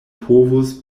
povos